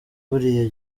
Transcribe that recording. buriya